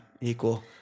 equal